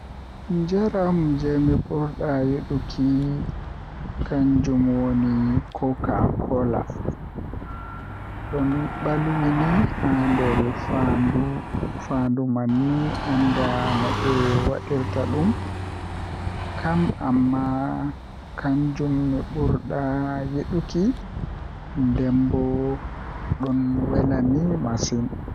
Njaram jei mi burdaa yiduki kanjum woni koka kola don balwi ni haa nder fandu manmi andaa nobe wadirta dum kam amma kanjum mi burdaa yiduki nden bo don wela m masin.